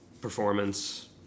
performance